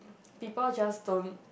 people just don't